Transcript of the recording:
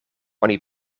oni